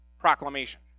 proclamation